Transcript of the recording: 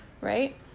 right